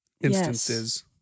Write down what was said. instances